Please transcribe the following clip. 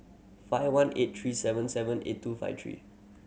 five one eight three seven seven eight two five three